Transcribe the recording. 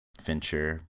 Fincher